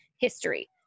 history